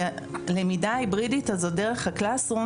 הלמידה ההיברידית הזאת דרך ה-Classes room